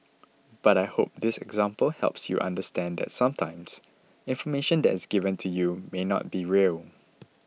but I hope this example helps you understand that sometimes information that is given to you may not be real